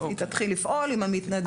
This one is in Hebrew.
היא תתחיל לפעול עם המתנדבים.